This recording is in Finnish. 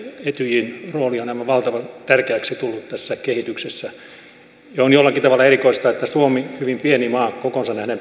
etyjin rooli on aivan valtavan tärkeäksi tullut tässä kehityksessä on jollakin tavalla erikoista että suomi hyvin pieni maa on saanut kokoonsa nähden